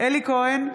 אלי כהן,